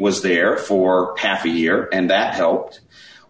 was there for half a year and that helped